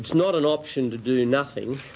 not an option to do nothing,